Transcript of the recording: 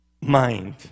mind